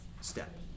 step